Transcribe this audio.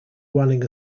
running